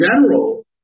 general